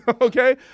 okay